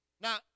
Now